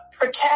protect